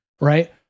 Right